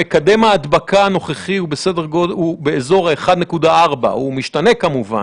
שמקדם הדבקה הנוכחי הוא באזור 1.4. הוא משתנה כמובן.